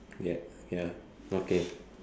ya ya okay